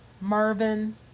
Marvin